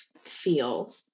feel